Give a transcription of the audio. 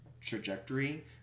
trajectory